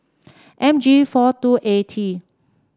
M G four two A T